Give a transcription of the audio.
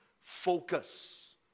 focus